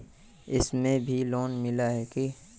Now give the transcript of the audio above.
इसमें भी लोन मिला है की